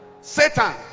Satan